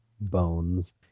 bones